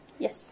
Yes